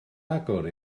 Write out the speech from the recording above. agor